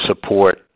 support